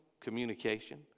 communication